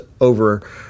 over